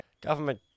Government